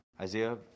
Isaiah